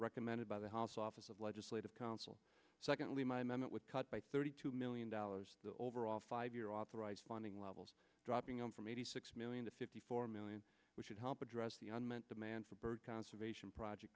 recommended by the house office of legislative counsel secondly my memet would cut by thirty two million dollars the overall five year authorized funding levels dropping on from eighty six million to fifty four million which would help address the un meant demand for bird conservation project